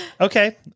Okay